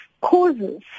causes